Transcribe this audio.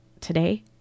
today